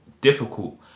difficult